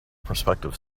prospective